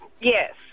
Yes